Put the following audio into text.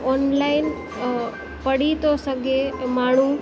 online अ पड़ी थो सॻे अं माण्हू